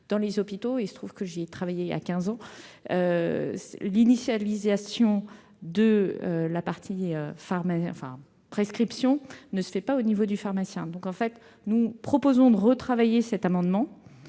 dans les hôpitaux -il se trouve que j'y ai travaillé voilà quinze ans -, l'initialisation de la partie prescription ne se fait pas au niveau du pharmacien. Je vous propose de retravailler cet amendement